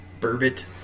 burbot